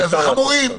ואפשר לעצור אותם.